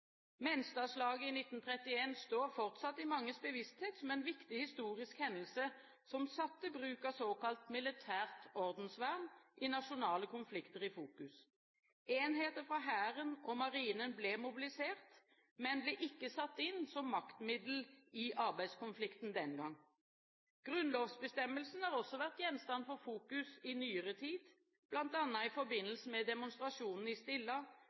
i 1931 står fortsatt i manges bevissthet som en viktig historisk hendelse som satte bruk av såkalt militært ordensvern i nasjonale konflikter i fokus. Enheter fra Hæren og Marinen ble mobilisert, men ble ikke satt inn som maktmiddel i arbeidskonflikten den gang. Grunnlovsbestemmelsen har også vært gjenstand for fokus i nyere tid, bl.a. i forbindelse med demonstrasjonene i Stilla